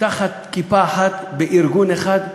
תחת כיפה אחת, בארגון אחד,